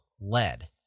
lead